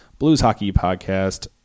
blueshockeypodcast